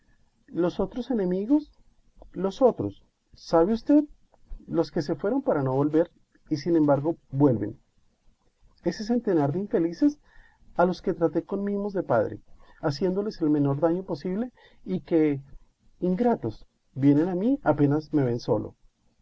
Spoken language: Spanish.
los otros enemigos los otros sabe usted los que se fueron para no volver y sin embargo vuelven ese centenar de infelices a los que traté con mimos de padre haciéndoles el menor daño posible y que ingratos vienen a mí apenas me ven solo